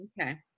Okay